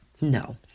No